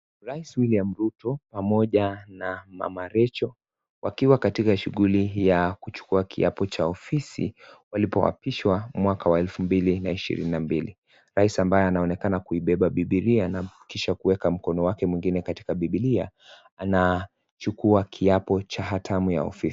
Rais William Ruto pamoja na mama Recho wakiwa katika shughuli ya kuchukua kiapo cha ofisi walipo apishwa mwaka wa elfu mbili na shirini na mbili rais ambaye anaonekana kuibeba bibilia na kisha kuweka mkono wake mwingine katika bibilia anachukua kiapo cha atamu ya ofisi.